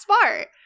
smart